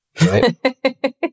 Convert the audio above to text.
right